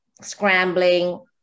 scrambling